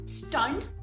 stunned